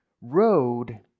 road